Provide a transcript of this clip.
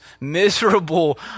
miserable